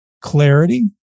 clarity